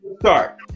start